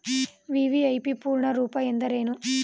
VVIP ಪೂರ್ಣ ರೂಪ ಎಂದರೇನು?